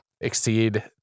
exceed